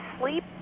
sleep